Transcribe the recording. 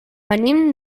venim